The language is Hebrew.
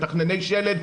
מתכנני שלד,